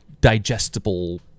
digestible